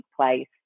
place